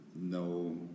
no